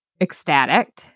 ecstatic